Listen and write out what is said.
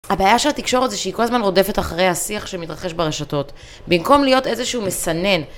הבעיה של התקשורת זה שהיא כל הזמן רודפת אחרי השיח שמתרחש ברשתות, במקום להיות איזשהו מסנן.